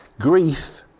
Grief